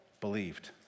believed